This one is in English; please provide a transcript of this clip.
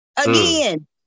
Again